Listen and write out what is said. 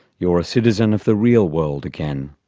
you're a citizen of the real world again,